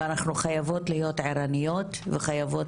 ואנחנו חייבות להיות ערניות וחייבות